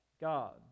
God